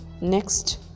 Next